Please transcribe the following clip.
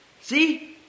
See